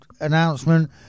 announcement